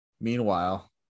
Meanwhile –